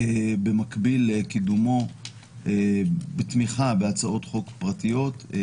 במקביל לתמיכה בהצעות חוק פרטיות בנושא,